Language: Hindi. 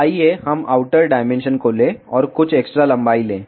तो आइए हम आउटर डायमेंशन को लें और कुछ एक्स्ट्रा लंबाई लें